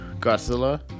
Godzilla